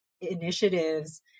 initiatives